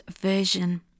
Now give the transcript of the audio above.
version